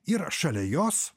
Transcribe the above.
ir šalia jos